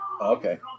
Okay